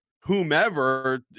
whomever